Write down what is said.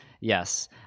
yes